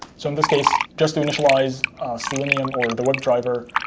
so in this case, just to initialize selenium or the web driver